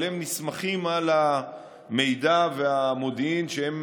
אבל הם נסמכים על המידע והמודיעין שהם